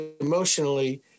emotionally